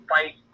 Fight